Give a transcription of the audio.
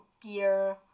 gear